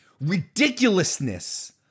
ridiculousness